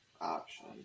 option